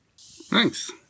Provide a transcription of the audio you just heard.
Thanks